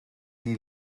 die